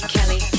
Kelly